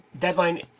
Deadline